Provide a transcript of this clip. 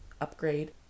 upgrade